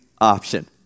option